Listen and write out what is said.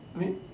wait